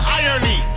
irony